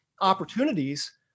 opportunities